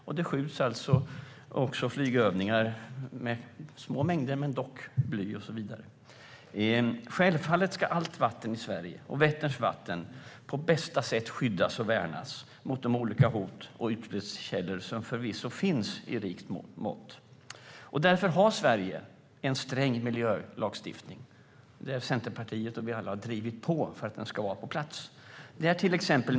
Det skjuts också under flygövningar med små mängder men dock bly och så vidare. Självfallet ska allt vatten i Sverige, även Vätterns vatten, på bästa sätt skyddas och värnas mot de olika hot och utsläppskällor som förvisso finns i rikt mått. Därför har Sverige en sträng miljölagstiftning. Vi alla, inte minst Centerpartiet, har drivit på för att den ska vara på plats.